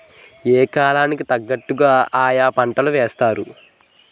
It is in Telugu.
యా కాలం కి తగ్గట్టుగా ఆయా పంటలేత్తారు